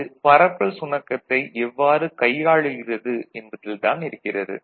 அது பரப்பல் சுணக்கத்தை எவ்வாறு கையாளுகிறது என்பதில் தான் இருக்கிறது